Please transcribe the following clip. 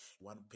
one